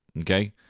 Okay